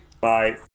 Bye